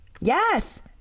Yes